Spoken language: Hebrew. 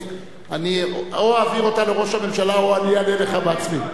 אני או אעביר אותה לראש הממשלה או אני אענה לך בעצמי.